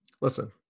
Listen